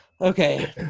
Okay